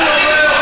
מה לעשות.